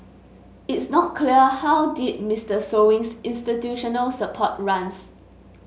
it's not clear how deep Mister Sewing's institutional support runs